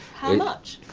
how much?